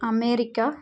America